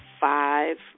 five